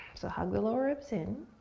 so hug the lower ribs in.